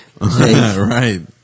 Right